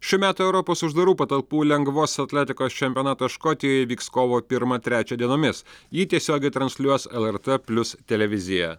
šių metų europos uždarų patalpų lengvosios atletikos čempionatas škotijoje vyks kovo pirmą trečią dienomis jį tiesiogiai transliuos lrt plius televizija